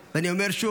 ואני אומר שוב,